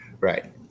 Right